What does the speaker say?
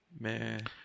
Man